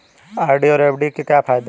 RD और FD के क्या फायदे हैं?